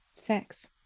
sex